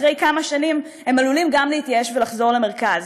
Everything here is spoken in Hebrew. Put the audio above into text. אחרי כמה שנים הם עלולים גם להתייאש ולחזור למרכז.